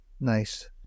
Nice